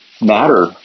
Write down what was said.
matter